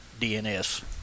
DNS